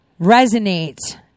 resonate